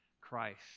Christ